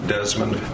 Desmond